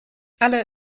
alle